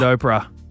Oprah